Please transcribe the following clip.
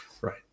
Right